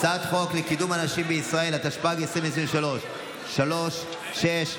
הצעת חוק לקידום הנשים בישראל, התשפ"ג 2023, 3670,